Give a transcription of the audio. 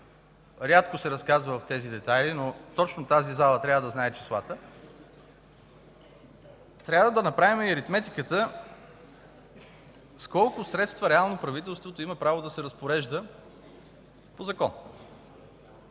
рядко се разказва в детайли, но точно тази зала трябва да знае числата – трябва да направим и аритметиката с колко средства реално правителството има право да се разпорежда по закон.